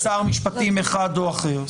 -- לא של שר משפטים אחד או אחר.